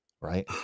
right